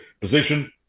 position